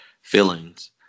feelings